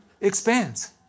expands